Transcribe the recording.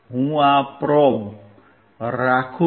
હું આ પ્રોબ રાખું છું